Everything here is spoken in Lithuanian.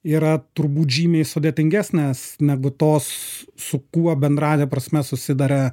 yra turbūt žymiai sudėtingesnės negu tos su kuo bendrąja prasme susiduria